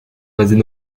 basées